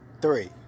Three